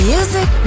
Music